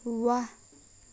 वाह